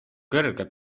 kõrge